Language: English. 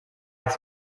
its